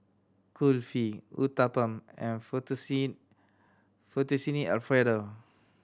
Kulfi Uthapam and Fettuccine Alfredo